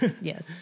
Yes